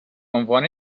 عنوان